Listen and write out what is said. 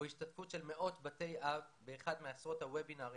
השתתפות של מאות בתי אב באחד מעשרות ה-וובינרים